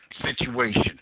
situation